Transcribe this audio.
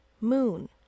moon